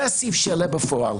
זה הסעיף שיעלה בפועל.